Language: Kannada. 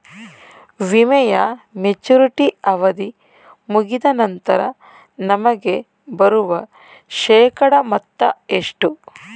ವಿಮೆಯ ಮೆಚುರಿಟಿ ಅವಧಿ ಮುಗಿದ ನಂತರ ನಮಗೆ ಬರುವ ಶೇಕಡಾ ಮೊತ್ತ ಎಷ್ಟು?